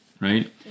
right